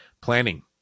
planning